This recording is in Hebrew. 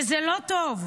וזה לא טוב.